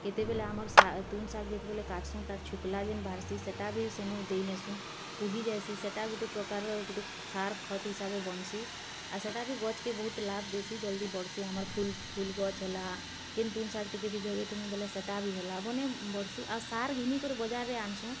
କେତେବେଲେ ଆମର୍ ସା ତୁନ୍ ଶାଗ ଯେତେବେଲେ କାଟସୁଁ ତାର୍ ଛୁକ୍ଲା ଯେନ୍ ଭାର୍ସି ସେଇଟା ବି ସେନୁ ଦେଇନେସୁଁ କୁହି ଜାଇସୀ ସେଇଟା ଗୋଟେ ପ୍ରକାର ର ଗୋଟେ ସାର ଖତ ହିସାବେ ବନ୍ସି ଆର୍ ସେଇଟା ବି ଗଛ୍ କେ ବହୁତ୍ ଲାଭ ଦେଶୀ ଜଲ୍ଦି ବଢ଼୍ସି ଆମର୍ ଫୁଲ୍ ଫୁଲ୍ ଗଛ୍ ହେଲା କିନ୍ ତୁନ୍ ଶାଗ ଟିକେ ବି ଯେଉଁ ଏ ତୁମେ ବଲେ ସେଇଟା ବି ହେଲା ବନେ ବଢ଼୍ସି ଆର ସାର୍ ଘିନିକାରୀ ବଜାର ରେ ଆନ୍ସୁ